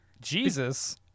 Jesus